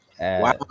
Wow